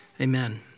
Amen